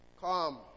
come